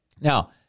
Now